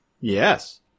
Yes